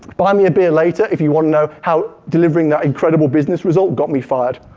buy me a beer later if you want to know how delivering that incredible business result got me fired.